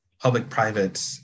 Public-private